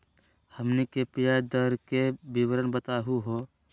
हमनी के ब्याज दर के विवरण बताही हो?